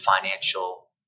Financial